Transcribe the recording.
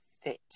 fit